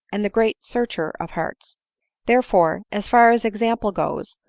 and the great searcher of hearts therefore, as far as example goes,